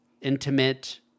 intimate